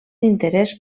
interès